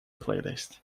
playlist